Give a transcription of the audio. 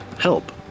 help